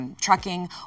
trucking